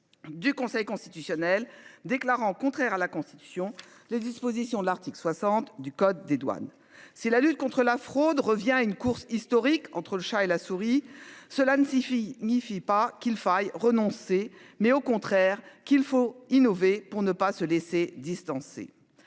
Du Conseil constitutionnel déclarant contraire à la Constitution les dispositions de l'article 60 du code des douanes. C'est la lutte contre la fraude revient à une course historique entre le chat et la souris. Cela ne signifie ni pas qu'il faille renoncer mais au contraire qu'il faut innover pour ne pas se laisser distancer.